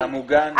אתה מוגן.